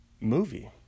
movie